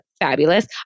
fabulous